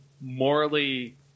morally